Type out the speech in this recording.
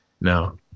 No